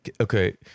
Okay